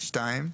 (2)